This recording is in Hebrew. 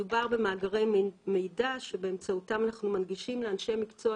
מדובר במאגרי מידע שבאמצעותם אנחנו מנגישים לאנשי מקצוע,